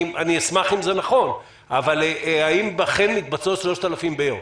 אני אשמח אם זה נכון אבל האם אכן מתבצעות 3,000 בדיקות ביום?